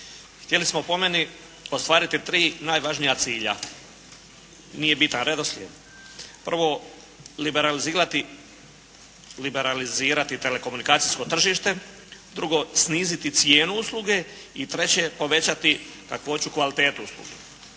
Htjeli smo po meni ostvariti tri najvažnija cilja. Nije bitan redoslijed. Prvo, liberalizirati telekomunikacijsko tržište. Drugo, sniziti cijenu usluge. I treće, povećati kakvoću kvalitete usluge.